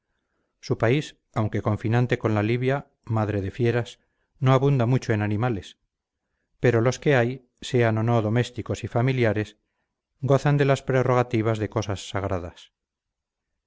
su país aunque confinante con la libia madre de fieras no abunda mucho en animales pero los que hay sean o no domésticos y familiares gozan de las prerrogativas de cosas sagradas